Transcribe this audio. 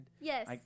Yes